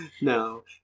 no